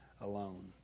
alone